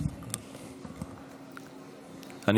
אדוני.